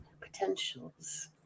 potentials